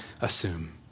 assume